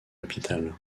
hôpital